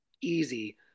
easy